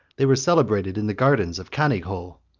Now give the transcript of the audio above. they were celebrated in the gardens of canighul,